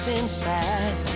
inside